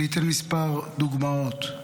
אני אתן מספר דוגמאות.